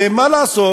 ומה לעשות,